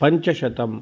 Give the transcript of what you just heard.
पञ्चशतम्